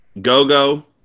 Gogo